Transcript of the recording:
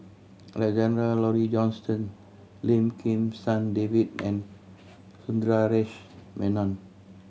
Alexander Laurie Johnston Lim Kim San David and Sundaresh Menon